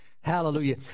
Hallelujah